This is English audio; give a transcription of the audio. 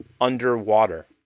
underwater